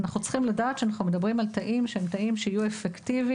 אנחנו צריכים לדעת שאנחנו מדברים על תאים שיהיו אפקטיביים,